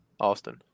Austin